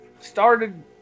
started